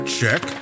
check